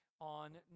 on